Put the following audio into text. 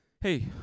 Hey